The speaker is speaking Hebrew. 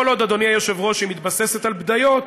כל עוד, אדוני היושב-ראש, היא מתבססת על בדיות,